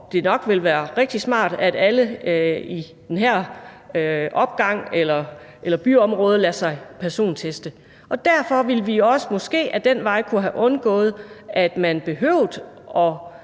det nok ville være rigtig smart at alle i en bestemt opgang eller et bestemt byområde lader sig personteste, og derfor ville vi også måske ad den vej kunne have undgået, mere